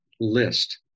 list